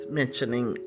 mentioning